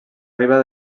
riba